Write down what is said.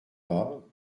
pas